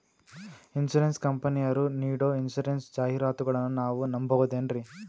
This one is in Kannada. ಇನ್ಸೂರೆನ್ಸ್ ಕಂಪನಿಯರು ನೀಡೋ ಇನ್ಸೂರೆನ್ಸ್ ಜಾಹಿರಾತುಗಳನ್ನು ನಾವು ನಂಬಹುದೇನ್ರಿ?